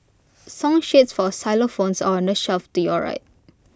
song sheets for xylophones are on the shelf to your right